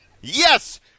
Yes